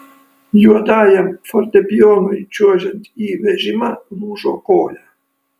juodajam fortepijonui čiuožiant į vežimą lūžo koja